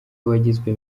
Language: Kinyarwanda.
wagizwe